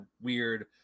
weird